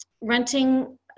renting